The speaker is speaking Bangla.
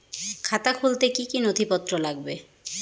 খাতা খুলতে কি কি নথিপত্র লাগবে?